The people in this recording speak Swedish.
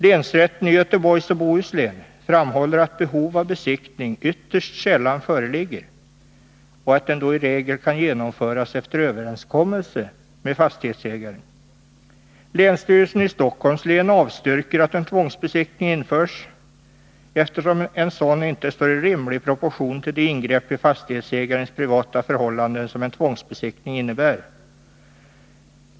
Länsrätten i Göteborgs och Bohus län framhåller att behov av besiktning ytterst sällan föreligger och att den i regel kan genomföras efter överenskommelse med fastighetsägaren. Länsstyrelsen i Stockholms län avstyrker att tvångsbesiktning införs, eftersom de ingrepp den innebär inte står i rimlig proportion till fastighetsägarens privata förhållanden.